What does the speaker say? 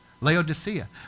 Laodicea